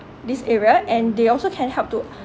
this area and they also can help to